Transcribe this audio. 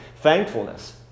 Thankfulness